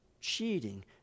cheating